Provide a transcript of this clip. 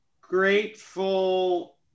grateful